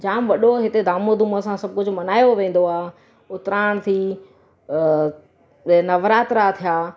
जाम वॾो हिते धाम धूम सां सभु कुझु मल्हायो वेंदो आहे उतरायण थी अ हीअ नवरात्रा थिया